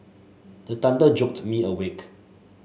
the thunder jolt me awake